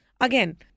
again